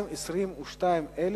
ל-222,000,